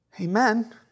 Amen